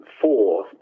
four